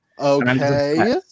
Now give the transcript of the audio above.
Okay